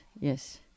yes